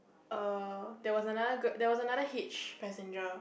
err there was another grab~ there was another hitch passenger